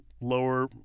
lower